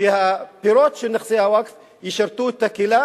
שהפירות של נכסי הווקף ישרתו את הקהילה,